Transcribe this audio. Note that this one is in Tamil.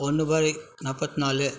ஒன்று பார் நாற்பத் நாலு